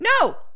No